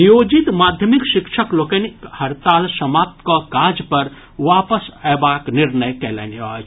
नियोजित माध्यमिक शिक्षक लोकनि हड़ताल समाप्त कऽ काज पर वापस अयबाक निर्णय कयलनि अछि